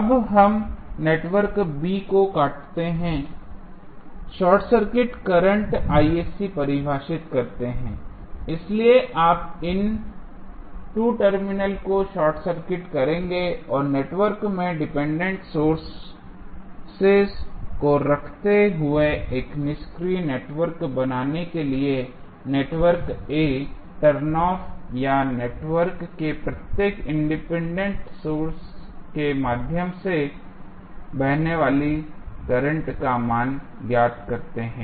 अब हम network B को काटते हैं शॉर्ट सर्किट करंट परिभाषित करते है इसलिए आप इन 2 टर्मिनलों को शॉर्ट सर्किट करेंगे और नेटवर्क में डिपेंडेंट सोर्सेज को रखते हुए एक निष्क्रिय नेटवर्क बनाने के लिए नेटवर्क A टर्न ऑफ़ या नेटवर्क के प्रत्येक इंडिपेंडेंट सोर्स के माध्यम से बहने वाले सर्किट करंट का मान ज्ञात करते हैं